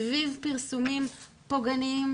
סביב פרסומים פוגעניים